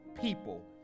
people